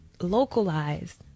localized